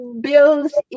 builds